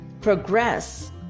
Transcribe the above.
progress